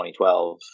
2012